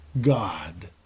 God